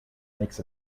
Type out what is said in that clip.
makes